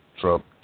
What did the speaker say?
Trump